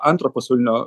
antro pasaulinio